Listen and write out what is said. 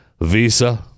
Visa